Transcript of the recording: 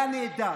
היה נהדר.